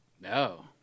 No